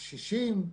הקשישים.